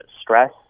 stress